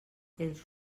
els